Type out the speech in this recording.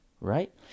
right